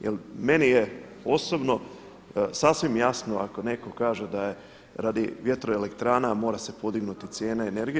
Jer meni je osobno sasvim jasno ako netko kaže da je radi vjetroelektrana mora se podignuti cijene energije.